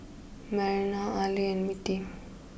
Melina Arly and Mittie